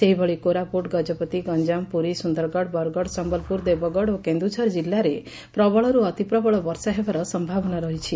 ସେହିଭଳି କୋରାପୁଟ ଗଜପତି ଗଞ୍ୱାମ ପୁରୀ ସୁନ୍ଦରଗଡ଼ ବରଗଡ଼ ସମ୍ୟଲପୁର ଦେବଗଡ଼ ଓ କେନ୍ଦୁଝର ଜିଲ୍ଲାରେ ପ୍ରବଳରୁ ଅତିପ୍ରବଳ ବର୍ଷା ହେବାର ସ୍ୟାବନା ରହିଛି